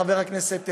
חבר הכנסת חנין,